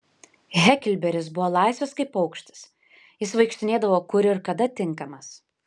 heklberis buvo laisvas kaip paukštis jis vaikštinėdavo kur ir kada tinkamas